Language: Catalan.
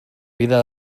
vida